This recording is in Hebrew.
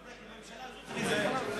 אתה צודק, עם הממשלה הזאת צריך להיזהר.